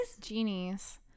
genies